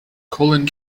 collin